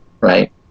right